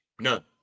None